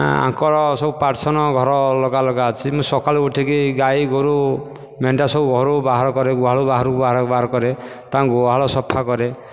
ୟାଙ୍କର ସବୁ ପାର୍ଟୀସନ ଘର ସବୁ ଅଲଗା ଅଲଗା ଅଛି ମୁଁ ସକାଳୁ ଉଠିକି ଗାଈ ଗୋରୁ ମେଣ୍ଢା ସବୁ ଘରୁ ବାହାର କରେ ଗୁହାଳୁ ବାହାର କରେ ତାଙ୍କ ଗୁହାଳ ସଫା କରେ